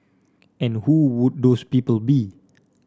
and who would those people be